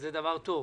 זה דבר טוב.